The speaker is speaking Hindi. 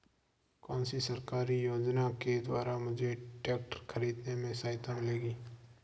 कौनसी सरकारी योजना के द्वारा मुझे ट्रैक्टर खरीदने में सहायता मिलेगी?